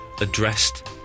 addressed